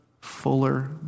fuller